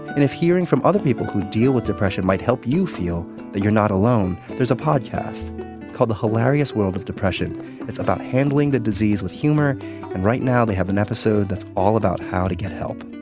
and if hearing from other people who deal with depression might help you feel you're not alone, there's a podcast called the hilarious world of depression it's about handling the disease with humor and right now they have an episode that's all about how to get help.